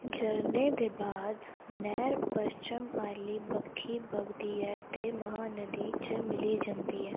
झरने दे बाद नैह्र पच्छम आह्ली बक्खी बगदी ऐ ते महानदी च मिली जंदी ऐ